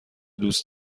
دوست